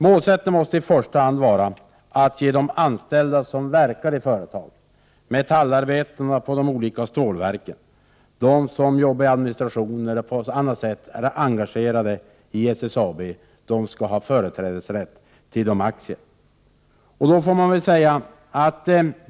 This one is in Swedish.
Målet måste i första hand vara att ge de anställda i företagen — metallarbetarna vid de olika stålverken, de personer som arbetar i administration eller som på annat sätt är engagerade i SSAB -— företrädesrätt till aktierna.